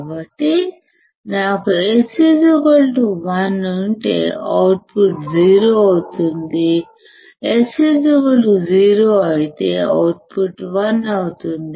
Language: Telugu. కాబట్టి నాకు S 1 ఉంటే అవుట్పుట్ 0 అవుతుంది S 0 అయితే అవుట్పుట్ 1 అవుతుంది